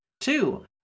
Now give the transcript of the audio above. Two